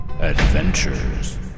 Adventures